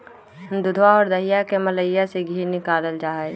दूधवा और दहीया के मलईया से धी निकाल्ल जाहई